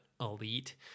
elite